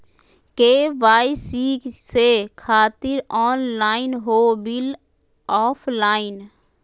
KYC से खातिर online हो बिल ऑफलाइन?